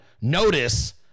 notice